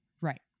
Right